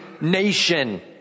nation